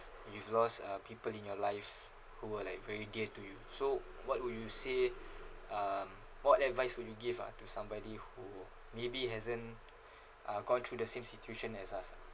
you've lost uh people in your life who were like very dear to you so what would you say um what advice would you give ah to somebody who maybe hasn't uh gone through the same situation as us ah